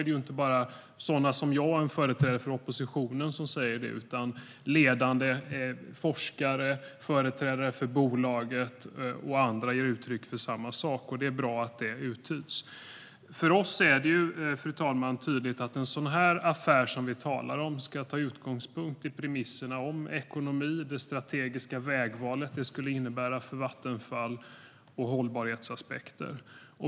Det inte bara sådana som jag - företrädare för oppositionen - som säger detta, utan ledande forskare, företrädare för bolaget och andra ger uttryck för samma sak. Det är bra att detta uttyds. För oss, fru talman, är det tydligt att en sådan affär som vi talar om ska ta sin utgångspunkt i premisserna om ekonomi, det strategiska vägvalet, vad det skulle innebära för Vattenfall och hållbarhetsaspekter.